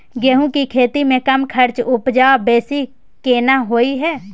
गेहूं के खेती में कम खर्च में उपजा बेसी केना होय है?